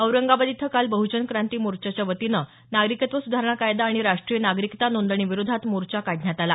औरंगाबाद इथं काल बह्जन क्रांती मोर्चाच्या वतीनं नागरिकत्व सुधारणा कायदा आणि राष्ट्रीय नागरिकता नोंदणीविरोधात मोर्चा काढण्यात आला